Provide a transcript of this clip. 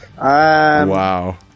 Wow